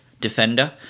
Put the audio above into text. defender